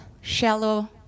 shallow